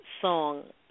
song